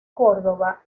córdoba